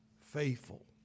faithful